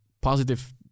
positive